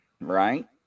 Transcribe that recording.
right